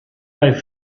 bei